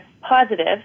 positive